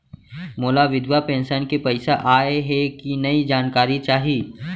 मोला विधवा पेंशन के पइसा आय हे कि नई जानकारी चाही?